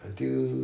until